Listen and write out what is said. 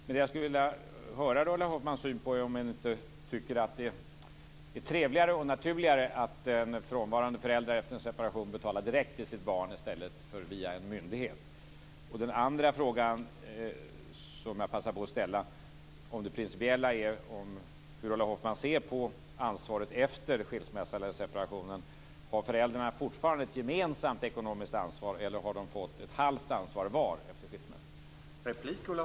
Men tycker inte Ulla Hoffmann att det är trevligare och naturligare att frånvarande föräldrar efter en separation betalar direkt till sitt barn i stället för via en myndighet? Jag passar på att ställa en annan principiell fråga. Hur ser Ulla Hoffmann på ansvaret efter skilsmässan eller separationen? Har föräldrarna fortfarande ett gemensamt ekonomiskt ansvar, eller har de fått ett halvt ansvar var efter skilsmässan?